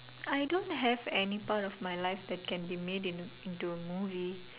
I don't have any part of my life that can be made in into a movie